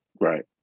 Right